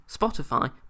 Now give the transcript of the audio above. Spotify